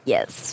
Yes